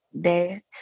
dad